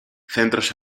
centros